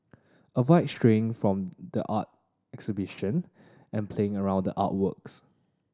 avoid straying from the art exhibition and playing around the artworks